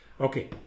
Okay